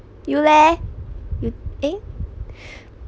you leh you eh